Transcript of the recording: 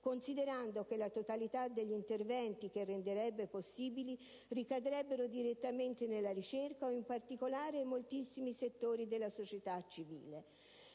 considerando che la totalità degli interventi che renderebbe possibili ricadrebbero direttamente nella ricerca o, in particolare, in moltissimi settori della società civile.